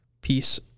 peace